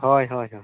ᱦᱳᱭ ᱦᱳᱭ